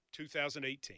2018